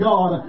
God